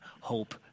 hope